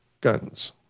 guns